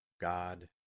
God